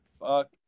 Fuck